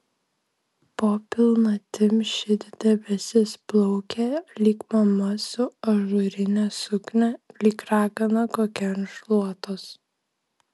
po pilnatim šit debesis plaukė lyg mama su ažūrine suknia lyg ragana kokia ant šluotos